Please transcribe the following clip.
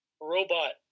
robot